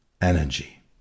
energy